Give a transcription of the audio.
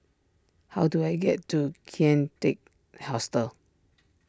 how do I get to Kian Teck Hostel